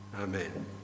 Amen